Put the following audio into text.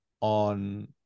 on